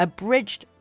Abridged